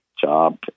job